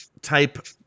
type